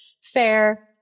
fair